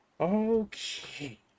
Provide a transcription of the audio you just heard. Okay